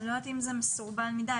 אני לא יודעת אם זה מסורבל מדי,